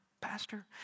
pastor